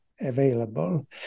available